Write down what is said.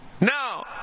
Now